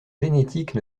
génétiques